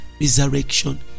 resurrection